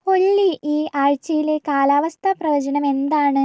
ഒല്ലി ഈ ആഴ്ചയിലെ കാലാവസ്ഥാ പ്രവചനം എന്താണ്